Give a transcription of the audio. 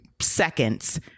seconds